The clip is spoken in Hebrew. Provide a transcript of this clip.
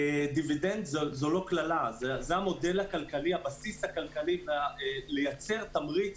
דיבידנד זו לא קללה, זה הבסיס לייצור תמריץ